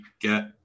get